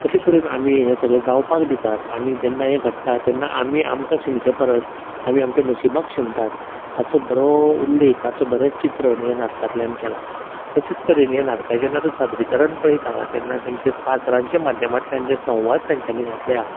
कशें तरेन आमी हें सगळें जावपाक दितात आमी जेन्ना हें घडटा तेन्ना आमी आमकां शिणचें परस आमी आमच्या नशिबाक शिणटात हाचो बरो उल्लेख हाचे बरें चित्रण ह्या नाटकातल्यान केला तशेंच तरेन ह्या नाटकाचे जेन्ना तूं साधरीकरण पळयता तेन्ना तेंचे पात्रांच्या माध्यमातल्यान जें संवाद तेंच्यानी घातल्या